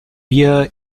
beer